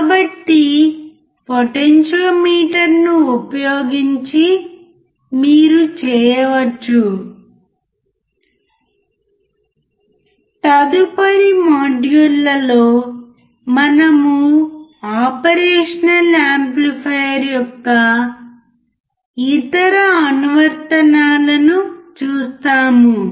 కాబట్టి పొటెన్షియోమీటర్ ఉపయోగించి మీరు చేయవచ్చు తదుపరి మాడ్యూల్ లలో మనము ఆపరేషన్ల్ యాంప్లిఫైయర్ యొక్క ఇతర అనువర్తనాలను చూస్తాము